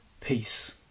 peace